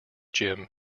gym